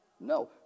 No